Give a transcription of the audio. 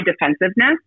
defensiveness